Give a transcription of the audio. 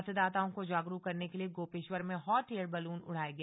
मतदाताओं को जगरूक करने के लिए गोपेश्वर में हॉट एयर बैलून उड़ाया गया